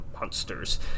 monsters